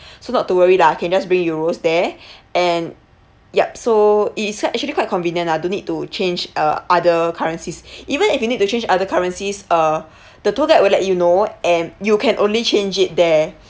so not to worry lah can just bring euros there and yup so it's actually quite convenient lah don't need to change uh other currencies even if you need to change other currencies uh the tour guide will let you know and you can only change it there